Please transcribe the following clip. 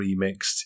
remixed